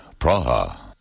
Praha